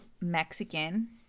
Mexican